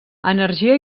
energia